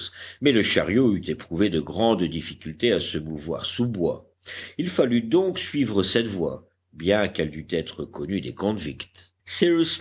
mais le chariot eût éprouvé de grandes difficultés à se mouvoir sous bois il fallut donc suivre cette voie bien qu'elle dût être connue des